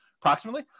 Approximately